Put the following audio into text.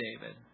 David